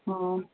ꯑꯣ